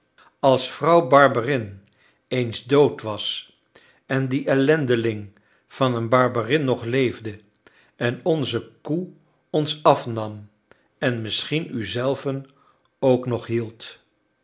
als vrouw barberin eens dood was en die ellendeling van een barberin nog leefde en onze koe ons afnam en misschien u zelven ook nog hield